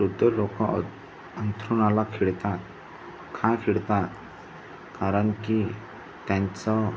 वृद्ध लोकं अ अंथरुणाला खिळतात खा खिळतात कारण की त्यांचं